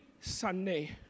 Sunday